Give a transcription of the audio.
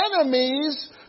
enemies